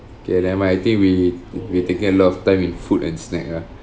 okay never mind I think we we taking a lot of time in food and snack ah